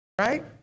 Right